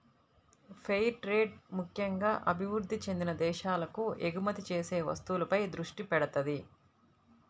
fair trade ముక్కెంగా అభివృద్ధి చెందిన దేశాలకు ఎగుమతి చేసే వస్తువులపై దృష్టి పెడతది